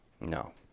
No